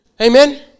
amen